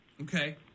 Okay